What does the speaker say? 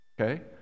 okay